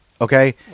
Okay